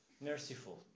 merciful